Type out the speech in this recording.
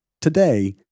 Today